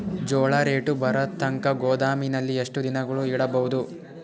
ಜೋಳ ರೇಟು ಬರತಂಕ ಗೋದಾಮಿನಲ್ಲಿ ಎಷ್ಟು ದಿನಗಳು ಯಿಡಬಹುದು?